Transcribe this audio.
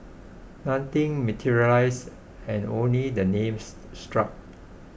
nothing materialised and only the names struck